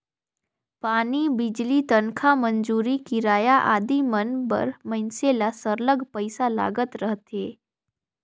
पानी, बिजली, तनखा, मंजूरी, किराया आदि मन बर मइनसे ल सरलग पइसा लागत रहथे